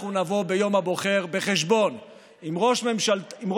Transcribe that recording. אנחנו נבוא חשבון ביום הבוחר עם ראש הממשלה